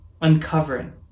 uncovering